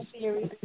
series